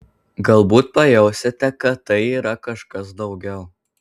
galbūt pajausite kad tai yra kažkas daugiau